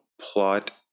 plot